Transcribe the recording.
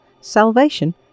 salvation